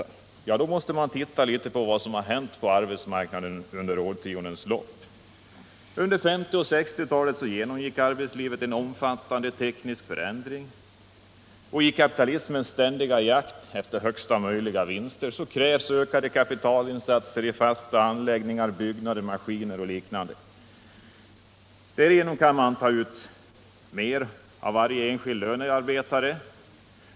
För att finna svar på den frågan måste man titta litet på vad som har hänt på arbetsmarknaden under årtiondenas lopp. Under 1950 och 1960-talen genomgick arbetslivet en omfattande teknisk förändring, och kapitalismens ständiga jakt efter högsta möjliga vinster krävde ökade kapitalinsatser i fasta anläggningar, byggnader, maskiner och liknande. Gör man sådana investeringar kan man ta ut mer av varje enskild lönearbetare.